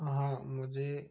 हाँ मुझे